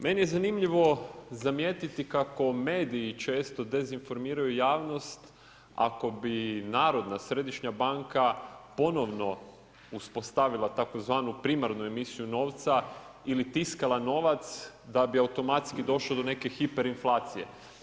Meni je zanimljivo zamijetiti kako mediji često dezinformiraju javnost, ako bi Narodna središnja banka ponovno uspostavila tzv. primarnu emisiju novca ili tiskala novac, da bi automatski došlo do neke hiperinflacije.